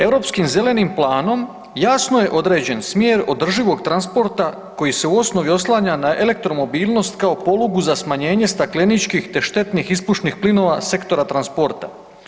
Europskim zelenim planom jasno je određen smjer održivog transporta koji se u osnovi oslanja na elektromobilnost kao polugu za smanjenje stakleničkih, te štetnih ispušnih plinova Sektora transporta.